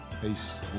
Peace